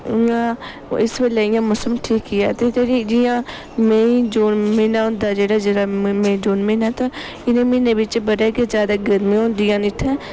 उयां इस बेल्लै इयां मौसम ठीक गी ऐ ते फिर जियां मेई जून म्हीना होंदा ऐ जेह्ड़ा जेल्लै मेई जून म्हीना ते इनें म्हीनें बिच्च बड़ी गै ज्यादा गर्मी होंदी हैन इत्थैं